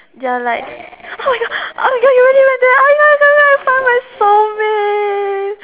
their like oh my god oh my god you really went there oh my god oh my god I found my soulmate